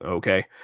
Okay